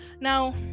Now